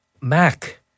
Mac